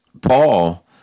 Paul